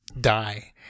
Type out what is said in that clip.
die